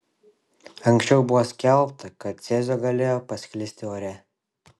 anksčiau buvo skelbta kad cezio galėjo pasklisti ore